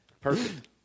Perfect